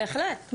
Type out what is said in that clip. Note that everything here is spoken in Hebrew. בהחלט.